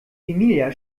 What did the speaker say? emilia